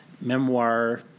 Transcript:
memoir